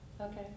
Okay